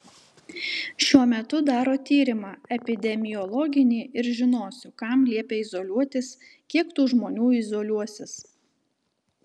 šiuo metu daro tyrimą epidemiologinį ir žinosiu kam liepia izoliuotis kiek tų žmonių izoliuosis